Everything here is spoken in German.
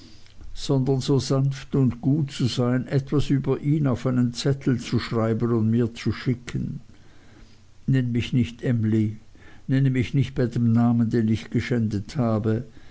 sondern so sanft und gut zu sein etwas über ihn auf einem zettel zu schreiben und mir zu schicken nenn mich nicht emly nenne mich nicht bei dem namen den ich geschändet habe